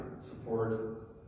support